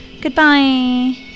Goodbye